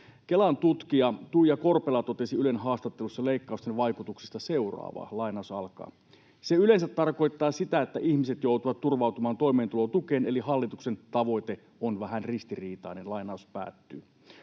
Kelan tutkija Tuija Korpela totesi Ylen haastattelussa leikkausten vaikutuksista seuraavaa: ”Se yleensä tarkoittaa sitä, että ihmiset joutuvat turvautumaan toimeentulotukeen, eli hallituksen tavoite on vähän ristiriitainen.” Arvoisa